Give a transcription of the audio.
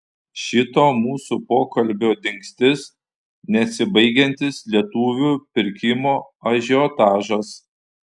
šito mūsų pokalbio dingstis nesibaigiantis lietuvių pirkimo ažiotažas